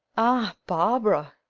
ah! barbara!